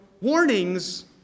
warnings